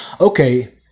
okay